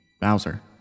Bowser